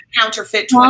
counterfeit